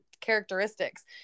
characteristics